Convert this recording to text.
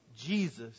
Jesus